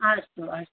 अस्तु अस्तु